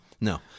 no